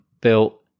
built